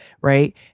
right